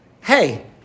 hey